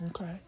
Okay